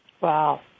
Wow